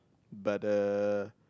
but uh